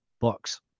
books